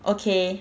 okay